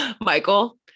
Michael